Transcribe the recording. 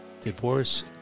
divorce